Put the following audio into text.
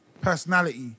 personality